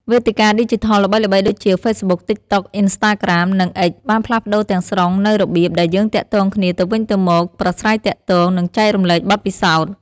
វេទិកាឌីជីថលល្បីៗដូចជា ហ្វេសប៊ុក ទីកតុក អ៊ីនស្តាក្រាម និង អិច បានផ្លាស់ប្ដូរទាំងស្រុងនូវរបៀបដែលយើងទាក់ទងគ្នាទៅវិញទៅមក ប្រាស្រ័យទាក់ទង និងចែករំលែកបទពិសោធន៍។